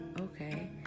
okay